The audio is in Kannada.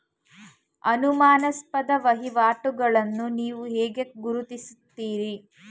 ಅನುಮಾನಾಸ್ಪದ ವಹಿವಾಟುಗಳನ್ನು ನೀವು ಹೇಗೆ ಗುರುತಿಸುತ್ತೀರಿ?